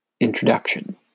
introduction